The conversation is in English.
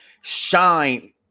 shine